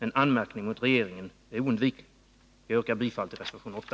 En anmärkning mot regeringen är oundviklig. Herr talman! Jag yrkar bifall till reservation 8.